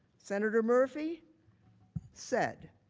senator murphy said,